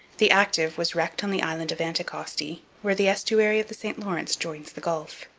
the active was wrecked on the island of anticosti, where the estuary of the st lawrence joins the gulf.